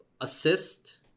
assist